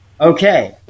Okay